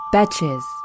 Betches